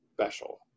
special